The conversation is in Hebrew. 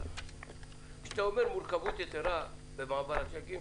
כשאתה אומר "מורכבות יתרה" במעבר הצ'קים,